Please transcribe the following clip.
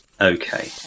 Okay